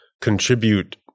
contribute